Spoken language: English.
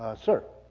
sir.